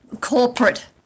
corporate